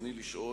רצוני לשאול: